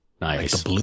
nice